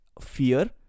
fear